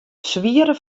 swiere